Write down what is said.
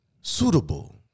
suitable